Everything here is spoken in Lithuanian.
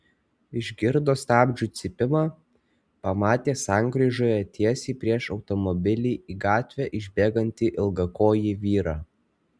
išgirdo stabdžių cypimą pamatė sankryžoje tiesiai prieš automobilį į gatvę išbėgantį ilgakojį vyrą